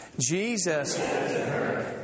Jesus